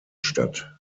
statt